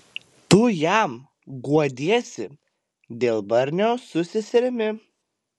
tu jam guodiesi dėl barnio su seserimi